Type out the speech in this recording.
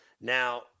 Now